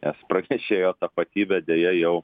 nes pranešėjo tapatybė deja jau